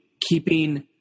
keeping